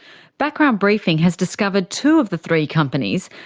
background briefing has discovered two of the three companies,